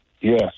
yes